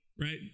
right